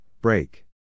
break